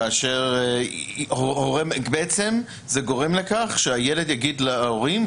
כאשר בעצם זה גורם לכך שהילד יגיד להורים: